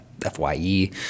FYE